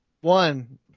One